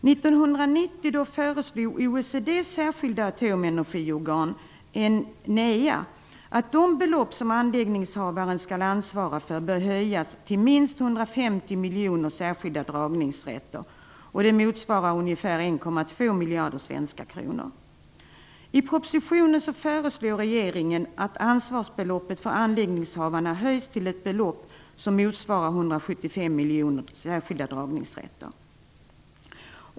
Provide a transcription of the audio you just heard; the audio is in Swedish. NEA att de belopp som anläggningsinnehavaren skall ansvara för skall höjas till minst 150 miljoner SDR, ca 1,2 miljarder svenska kronor. I propositionen föreslår regeringen att ansvarsbeloppet för anläggningsinnehavarna höjs till ett belopp motsvarande 175 miljoner SDR.